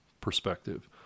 perspective